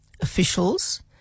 officials